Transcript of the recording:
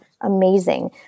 amazing